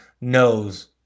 knows